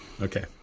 okay